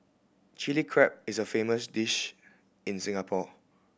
Chilli Crab is a famous dish in Singapore